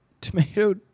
tomato